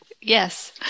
Yes